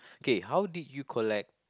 okay how did you collect